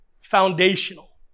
foundational